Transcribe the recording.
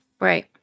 Right